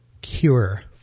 cure